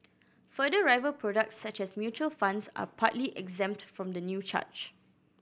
further rival products such as mutual funds are partly exempt from the new charge